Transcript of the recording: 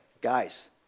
Guys